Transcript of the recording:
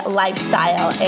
lifestyle